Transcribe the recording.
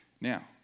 Now